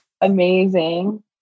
amazing